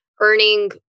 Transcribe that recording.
earning